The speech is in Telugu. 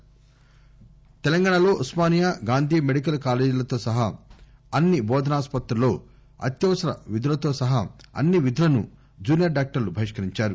ఎం ఎస్ ఎల్ డాక్టర్స్ తెలంగాణలో ఉస్మానియా గాంధీ మెడికల్ కాలేజీలతో సహా అన్ని బోధనాస్పత్రుల్లో అత్యవసర విదులతో సహా అన్ని విధులను జూనియర్ డాక్టర్లు బహిష్కరించారు